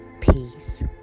peace